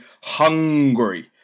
hungry